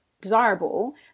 desirable